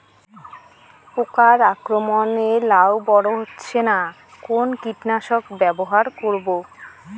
পোকার আক্রমণ এ লাউ বড় হচ্ছে না কোন কীটনাশক ব্যবহার করব?